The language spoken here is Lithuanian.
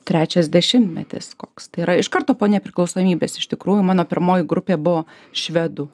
trečias dešimtmetis koks tai yra iš karto po nepriklausomybės iš tikrųjų mano pirmoji grupė buvo švedų